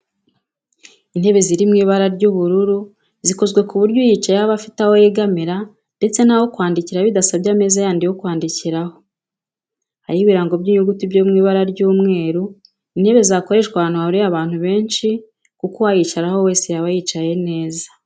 Intebe ziri mu ibara ry'ubururu zikozwe ku buryo uyicayeho aba afite aho yegamira ndetse n'aho kwandikira bidasabye ameza yandi yo kwandikiraho, hariho ibirango by'inyuguti byo mu ibara ry'umweru. Ni intebe zakoreshwa ahantu hahuriye abantu benshi kuko uwayicaraho wese yaba yicaye neza.